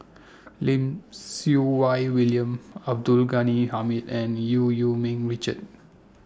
Lim Siew Wai William Abdul Ghani Hamid and EU EU Ming Richard